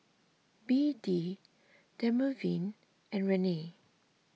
B D Dermaveen and Rene